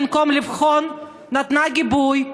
במקום לבחון נתנה גיבוי,